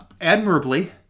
admirably